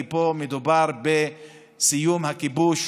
כי פה מדובר בסיום הכיבוש